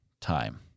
time